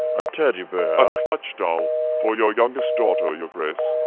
a teddy bear? a clutch doll for your youngest daughter, your grace.